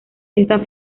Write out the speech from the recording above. esta